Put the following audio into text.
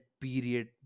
period